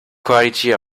quality